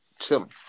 Chilling